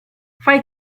fai